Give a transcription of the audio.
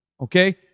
Okay